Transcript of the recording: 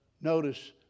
Notice